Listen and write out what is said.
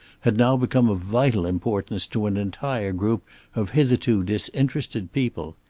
had now become of vital importance to an entire group of hitherto disinterested people.